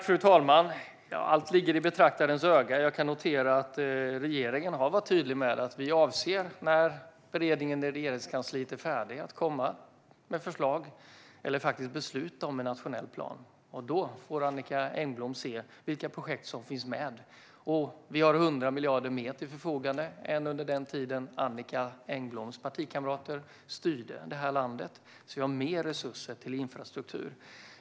Fru talman! Allt ligger i betraktarens öga. Regeringen har varit tydlig med att när beredningen i Regeringskansliet är färdig avser vi att komma med ett förslag eller faktiskt ett beslut om en nationell plan. Då får Annicka Engblom se vilka projekt som finns med. Vi har nu 100 miljarder mer till förfogande än under den tid då Annicka Engbloms partikamrater styrde det här landet, så vi har mer resurser till infrastruktur.